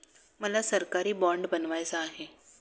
मला सरकारी बाँड बनवायचा आहे